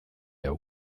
hau